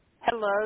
Hello